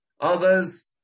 others